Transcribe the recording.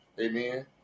Amen